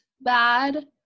bad